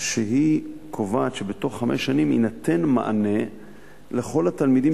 קובעת שתוך חמש שנים יינתן מענה לכל התלמידים